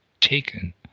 taken